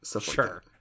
Sure